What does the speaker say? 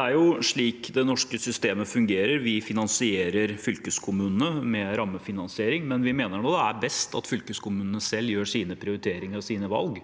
er jo slik det norske systemet fungerer: Vi finansierer fylkeskommunene med rammefinansiering. Likevel mener vi det er best at fylkeskommunene selv gjør sine prioriteringer og sine valg.